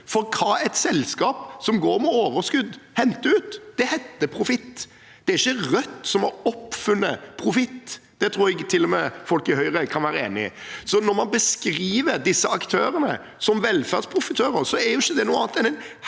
for hva et selskap som går med overskudd, henter ut. Det heter profitt. Det er ikke Rødt som har oppfunnet profitt. Det tror jeg til og med folk i Høyre kan være enig i. Når man beskriver disse aktørene som velferdsprofitører, er det ikke noe annet enn en